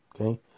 okay